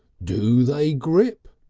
do they grip?